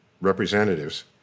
representatives